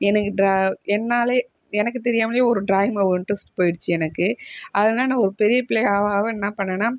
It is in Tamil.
எனக்கு ட்ரா என்னாலையே எனக்கு தெரியாமலேயே ஒரு ட்ராயிங் மேல் ஒரு இன்ட்ரஸ்ட் போயிடிச்சி எனக்கு அதனால ஒரு பெரிய பிள்ளையாக ஆக ஆக என்ன பண்ணேனா